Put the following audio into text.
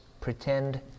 pretend